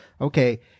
okay